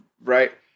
right